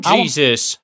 Jesus